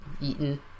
eaten